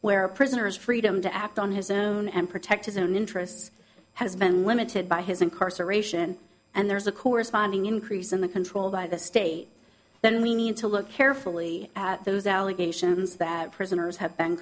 where prisoners freedom to act on his own and protect his own interests has been limited by his incarceration and there's a corresponding increase in the control by the state then we need to look carefully at those allegations that prisoners have been